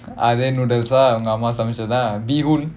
ah then noodles lah உங்க அம்மா சமைக்காத:unga amma samaikkaatha bee hoon